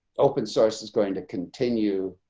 open source is going to continue